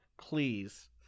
please